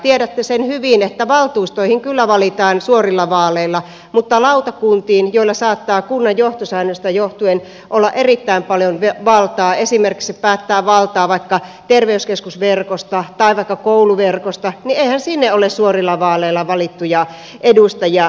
tiedätte sen hyvin että valtuustoihin kyllä valitaan suorilla vaaleilla mutta eihän lautakunnissa joilla saattaa kunnan johtosäännöstä johtuen olla erittäin paljon valtaa esimerkiksi valtaa päättää vaikka terveyskeskusverkosta tai vaikka kouluverkosta ole suorilla vaaleilla valittuja edustajia